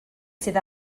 sydd